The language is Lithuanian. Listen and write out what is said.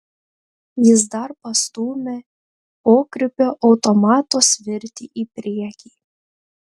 jis dar pastūmė pokrypio automato svirtį į priekį